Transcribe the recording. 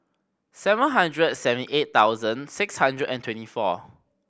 seven hundred and seventy eight thousand six hundred and twenty four